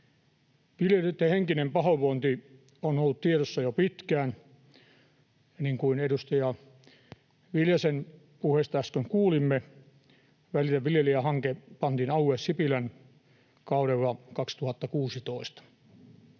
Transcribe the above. Viljelijöitten henkinen pahoinvointi on ollut tiedossa jo pitkään. Niin kuin edustaja Viljasen puheesta äsken kuulimme, Välitä viljelijästä ‑hanke pantiin alulle Sipilän kaudella 2016.